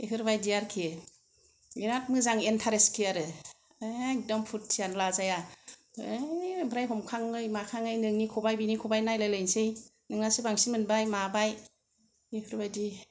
बेफोरबायदि आरोखि बेराद मोजां एन्टारेस्ट आरो एकदम फुरथिआनो लाजाया ओमफ्राय हमखाङै माखाङै बिनि ख'बाइ बिनि ख'बाइ नायलायलायसै नोंहासो बांसिन मोनबाय माबाय बेफोरबायदि